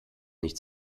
nicht